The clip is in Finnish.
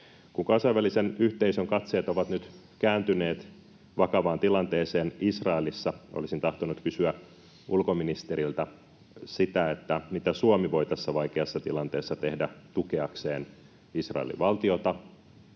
Kun kansainvälisen yhteisön katseet ovat nyt kääntyneet vakavaan tilanteeseen Israelissa, olisin tahtonut kysyä ulkoministeriltä sitä, mitä Suomi voi tässä vaikeassa tilanteessa tehdä tukeakseen Israelin valtiota.